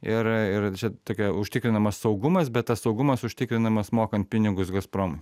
ir ir čia tokia užtikrinamas saugumas bet tas saugumas užtikrinamas mokant pinigus gazpromui